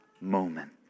moment